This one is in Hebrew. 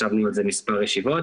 ישבנו על זה מספר ישיבות.